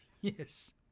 Yes